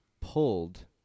pulled